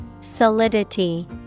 Solidity